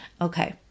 Okay